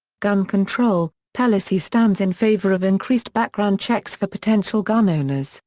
gun control pelosi stands in favor of increased background checks for potential gun owners,